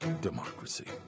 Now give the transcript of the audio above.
democracy